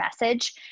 message